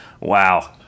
Wow